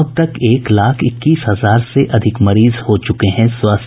अब तक एक लाख इक्कीस हजार से अधिक मरीज हो चूके हैं स्वस्थ